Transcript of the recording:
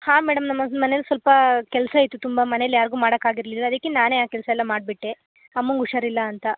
ಹಾಂ ಮೇಡಮ್ ನಮಗೆ ಮನೆಲಿ ಸ್ವಲ್ಪ ಕೆಲಸ ಇತ್ತು ತುಂಬ ಮನೆಲಿ ಯಾರಿಗೂ ಮಾಡಕ್ಕೆ ಆಗಿರಲಿಲ್ಲ ಅದಕ್ಕೆ ನಾನೇ ಆ ಕೆಲಸ ಎಲ್ಲ ಮಾಡಿಬಿಟ್ಟೆ ಅಮ್ಮಂಗೆ ಹುಷಾರಿಲ್ಲ ಅಂತ